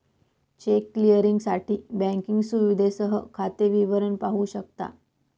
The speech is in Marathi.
चेक क्लिअरिंगसाठी बँकिंग सुविधेसह खाते विवरण पाहू शकता